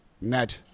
Ned